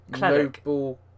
noble